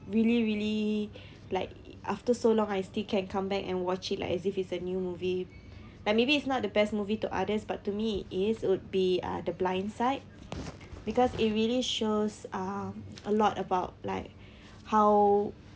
really really like after so long I still can come back and watch it like as if it's a new movie like maybe it's not the best movie to others but to me is would be uh the blind side because it really shows um a lot about like how